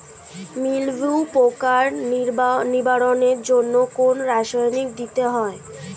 মিলভিউ পোকার নিবারণের জন্য কোন রাসায়নিক দিতে হয়?